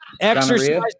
Exercise